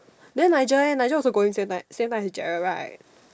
then Nigel eh Nigel also going same night same night as Gerald right